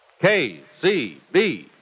KCB